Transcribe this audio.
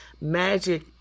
Magic